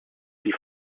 die